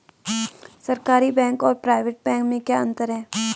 सरकारी बैंक और private bank में क्या क्या अंतर हैं?